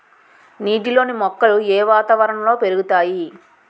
నీటిలోని మొక్కలు ఏ వాతావరణంలో పెరుగుతాయి?